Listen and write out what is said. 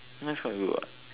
that's quite good what